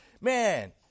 man